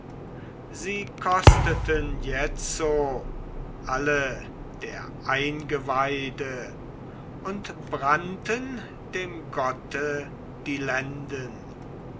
sie kosteten jetzo alle der eingeweide und brannten dem gotte die lenden